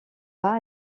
pas